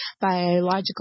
biological